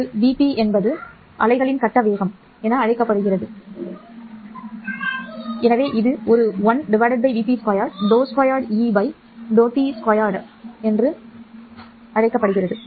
அங்கு vp என்பது அலைகளின் கட்ட வேகம் என அழைக்கப்படுகிறது எனவே இது 1 vp2 ∂2 ́E 2t2 க்கு சமம்